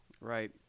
right